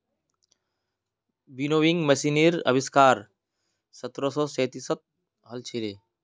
winnowing मशीनेर आविष्कार सत्रह सौ सैंतीसत हल छिले